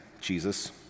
Jesus